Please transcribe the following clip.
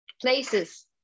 places